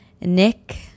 Nick